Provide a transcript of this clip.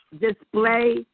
display